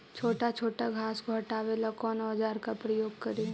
छोटा छोटा घास को हटाबे ला कौन औजार के प्रयोग करि?